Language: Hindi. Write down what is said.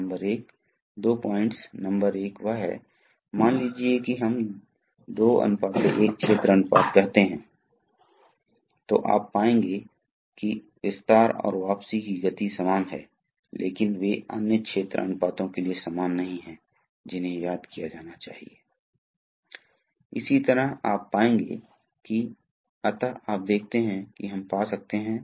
और यह बंद हो जाएगा यह बंद हो जाएगा इसलिए द्रव इस दिशा में पास नहीं हो सकता है यही कारण है कि यह एक चेक वाल्व है दूसरी तरफ यदि आप कुछ परिस्थितियों में चाहते हैं कि निश्चित रूप से हम इस वाल्व से बदलना चाहते हैं हम रिवर्स प्रवाह भी चाहते हैं तो उस स्थिति में हम यहां पायलट दबाव लागू कर सकते हैं